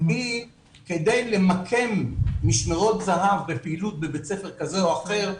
כדי למקם משמרות זה"ב בפעילות בבית ספר כזה או אחר,